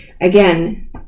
again